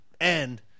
And-